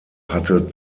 hatte